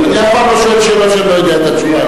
אני אף פעם לא שואל שאלות כשאני לא יודע את התשובה.